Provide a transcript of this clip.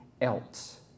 else